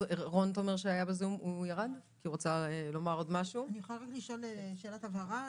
אני רוצה לשאול שאלת הבהרה.